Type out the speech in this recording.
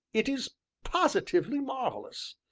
it is positively marvellous.